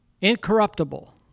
incorruptible